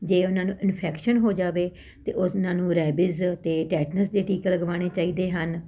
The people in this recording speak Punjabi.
ਜੇ ਉਹਨਾਂ ਨੂੰ ਇਨਫੈਕਸ਼ਨ ਹੋ ਜਾਵੇ ਤਾਂ ਉਸ ਨਾਲ ਨੂੰ ਰੈਬਿਜ ਅਤੇ ਟੈਟਨਸ ਦੇ ਟੀਕਾ ਲਗਵਾਉਣੇ ਚਾਹੀਦੇ ਹਨ